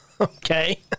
Okay